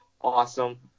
awesome